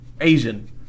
Asian